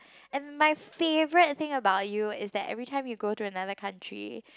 and my favourite thing about you is that every time you go to another country